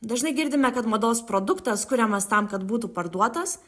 dažnai girdime kad mados produktas kuriamas tam kad būtų parduotas